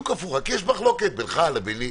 יש מחלוקת בינך לביני.